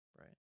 Right